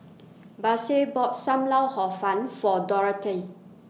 Baise bought SAM Lau Hor Fun For Dorathy